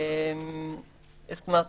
זאת אומרת,